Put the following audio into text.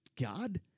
God